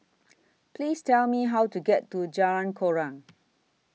Please Tell Me How to get to Jalan Koran